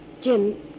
Jim